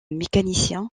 mécanicien